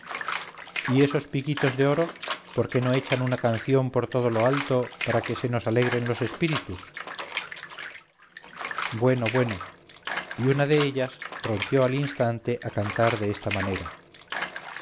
y esos piquitos de oro por que no echan una canción por todo lo alto para que se nos alegren los espíritus bueno bueno y una de ellas rompió al instante a cantar de esta manera